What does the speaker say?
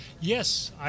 Yes